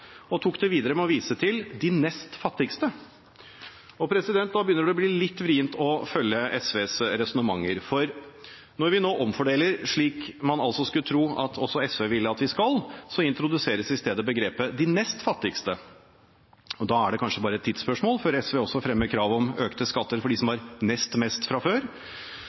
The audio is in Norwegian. og tok det videre med å vise til «de nest fattigste». Da begynner det å bli litt vrient å følge SVs resonnementer. For når vi nå omfordeler, slik man skulle tro at også SV vil at vi skal, så introduseres i stedet begrepet «de nest fattigste». Da er det kanskje bare et tidsspørsmål før SV også fremmer kravet om økte skatter for dem som har «nest mest» fra før?